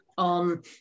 On